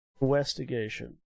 Investigation